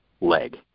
leg